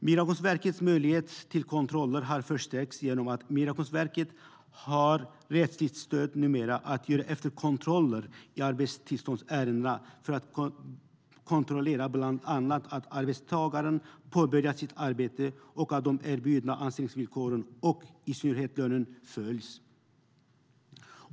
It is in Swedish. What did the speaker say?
Migrationsverkets möjlighet till kontroller har förstärkts genom att Migrationsverket numera har rättsligt stöd för att göra efterkontroller i arbetstillståndsärenden för att kontrollera bland annat att arbetstagaren har påbörjat sitt arbete och att de erbjudna anställningsvillkoren följs, i synnerhet vad gäller lönen.